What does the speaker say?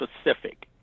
specific